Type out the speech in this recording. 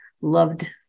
loved